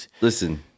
Listen